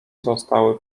zostały